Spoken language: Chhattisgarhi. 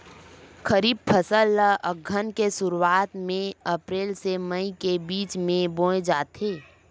खरीफ फसल ला अघ्घन के शुरुआत में, अप्रेल से मई के बिच में बोए जाथे